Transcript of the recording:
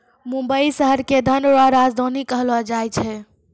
मुंबई शहर के धन रो राजधानी कहलो जाय छै